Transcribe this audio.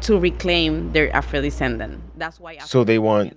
to reclaim their afro descendance. that's why. so they want,